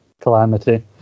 calamity